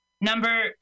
Number